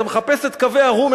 אתה מחפש את קווי הרום,